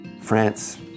France